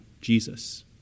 Jesus